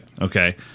Okay